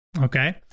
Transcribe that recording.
Okay